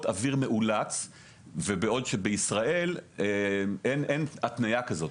אוויר מאולץ בעוד שבישראל אין התניה כזאת.